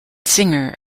singer